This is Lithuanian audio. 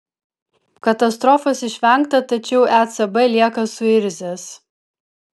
katastrofos išvengta tačiau ecb lieka suirzęs